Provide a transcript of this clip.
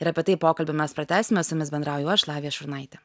ir apie tai pokalbį mes pratęsime su jumis bendrauju aš lavija šurnaitė